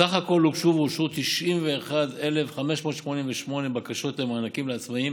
בסך הכול הוגשו ואושרו 91,588 בקשות למענקים לעצמאים